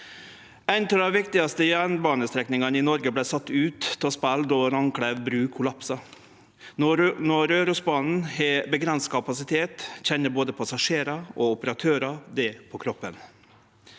Ei av dei viktigaste jernbanestrekningane i Noreg vart sett ut av spel då Randklev bru kollapsa. Når Rørosbanen har avgrensa kapasitet, kjenner både passasjerar og operatørar det på kroppen.